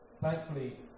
thankfully